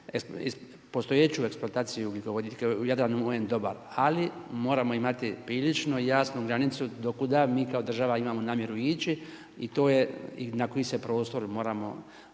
postojeću eksploataciju ugljikovodika u Jadranu on je dobar, ali moramo imati prilično jasnu granicu do kuda mi kao država imamo namjeru ići i to je i na koji se prostor moramo